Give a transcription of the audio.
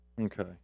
Okay